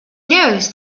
knows